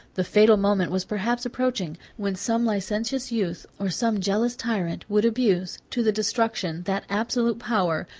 the fatal moment was perhaps approaching, when some licentious youth, or some jealous tyrant, would abuse, to the destruction, that absolute power,